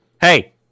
Hey